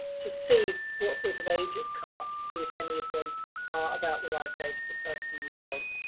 to see what sort of ages come up, to see if any of them are about the right age of the person you want,